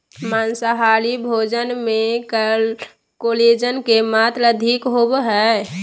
माँसाहारी भोजन मे कोलेजन के मात्र अधिक होवो हय